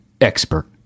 expert